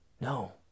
No